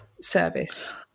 service